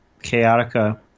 Chaotica